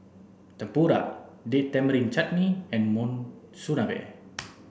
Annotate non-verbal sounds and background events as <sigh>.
Tempura Date Tamarind Chutney and Monsunabe <noise>